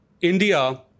India